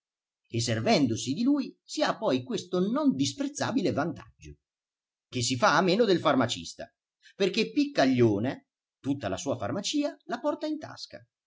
e servendosi di lui si ha poi questo non disprezzabile vantaggio che si fa a meno del farmacista perché piccaglione tutta la sua farmacia la porta in tasca